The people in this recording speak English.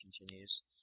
continues